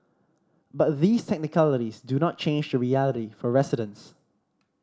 but these technicalities do not change the reality for residents